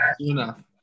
enough